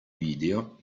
video